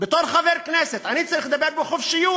בתור חבר כנסת אני צריך לדבר בחופשיות,